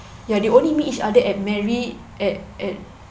ya they only meet each other at married at at